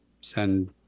Send